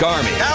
Army